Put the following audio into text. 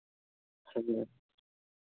ᱵᱷᱟᱹᱜᱤᱭᱟ